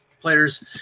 players